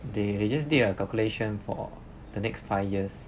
they just did a calculation for the next five years